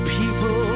people